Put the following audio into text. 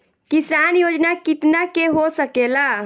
किसान योजना कितना के हो सकेला?